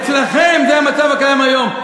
אצלכם זה המצב הקיים היום.